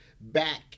back